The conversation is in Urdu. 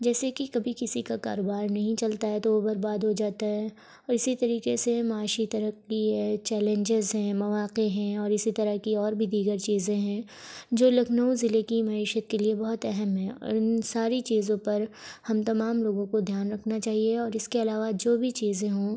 جیسے کہ کبھی کسی کا کاروبار نہیں چلتا ہے تو وہ برباد ہو جاتا ہے اور اسی طریقے سے معاشی ترقی ہے چیلنجز ہیں مواقع ہیں اور اسی طرح کی اور بھی دیگر چیزیں ہیں جو لکھنؤ ضلعے کی معیشت کے لیے بہت اہم ہیں اور ان ساری چیزوں پر ہم تمام لوگوں کو دھیان رکھنا چاہیے اور اس کے علاوہ جو بھی چیزیں ہوں